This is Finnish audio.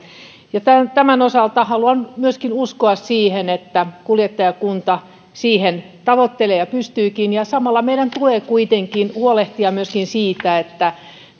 tämän osalta haluan myöskin uskoa siihen että kuljettajakunta sitä tavoittelee ja siihen pystyykin samalla meidän tulee kuitenkin huolehtia myöskin siitä että